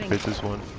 this one